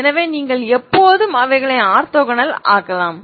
எனவே நீங்கள் எப்போதும் அவைகளை ஆர்த்தோகனல் ஆக்கலாம்